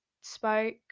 spoke